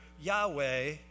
Yahweh